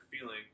feeling